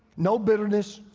no bitterness,